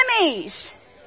enemies